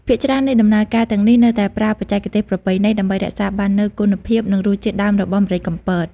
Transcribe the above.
ភាគច្រើននៃដំណើរការទាំងនេះនៅតែប្រើបច្ចេកទេសប្រពៃណី ដើម្បីរក្សាបាននូវគុណភាព និងរសជាតិដើមរបស់ម្រេចកំពត ។